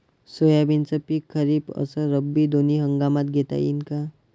सोयाबीनचं पिक खरीप अस रब्बी दोनी हंगामात घेता येईन का?